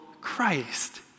Christ